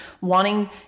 wanting